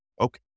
okay